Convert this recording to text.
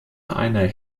einer